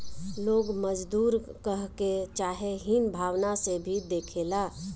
लोग मजदूर कहके चाहे हीन भावना से भी देखेला